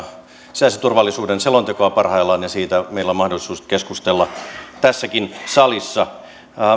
sisäisen turvallisuuden selontekoa parhaillaan ja siitä meillä on mahdollisuus keskustella tässäkin salissa